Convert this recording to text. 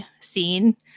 scene